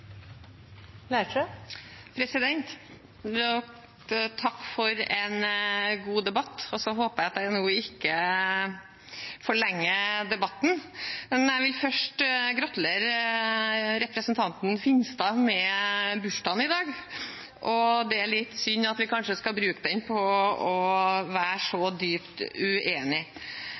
av Sotrasambandet. Takk for en god debatt – og så håper jeg at jeg nå ikke forlenger debatten. Jeg vil først gratulere representanten Finstad med bursdagen i dag. Det er litt synd at vi kanskje skal bruke den til å være så dypt uenig.